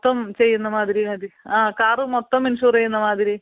മൊത്തം ചെയ്യുന്ന മാതിരി മതി ആ കാറ് മൊത്തം ഇൻഷുർ ചെയ്യുന്ന മാതിരി